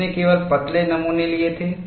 उसने केवल पतले नमूने लिए थे